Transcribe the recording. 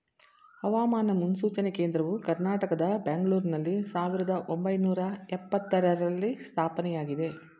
ಹವಾಮಾನ ಮುನ್ಸೂಚನೆ ಕೇಂದ್ರವು ಕರ್ನಾಟಕದ ಬೆಂಗಳೂರಿನಲ್ಲಿ ಸಾವಿರದ ಒಂಬೈನೂರ ಎಪತ್ತರರಲ್ಲಿ ಸ್ಥಾಪನೆಯಾಗಿದೆ